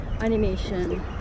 animation